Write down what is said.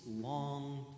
long